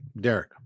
Derek